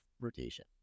rotation